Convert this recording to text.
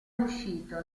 uscito